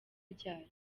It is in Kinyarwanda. ryari